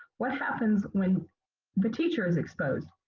what happens when the teacher is exposed?